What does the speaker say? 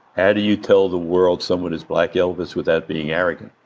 how do you tell the world someone is black elvis without being arrogant?